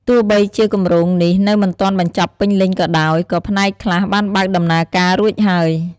ទោះបីជាគម្រោងនេះនៅមិនទាន់បញ្ចប់ពេញលេញក៏ដោយ ក៏ផ្នែកខ្លះបានបើកដំណើរការរួចហើយ។